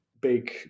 big